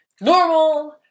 normal